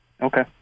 Okay